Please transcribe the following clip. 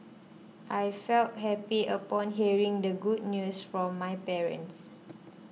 I felt happy upon hearing the good news from my parents